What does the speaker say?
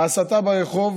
ההסתה ברחוב